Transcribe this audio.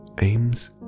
aims